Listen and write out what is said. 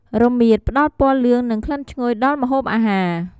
រមៀត ផ្តល់ពណ៌លឿង និងក្លិនឈ្ងុយដល់ម្ហូបអាហារ។